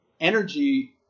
energy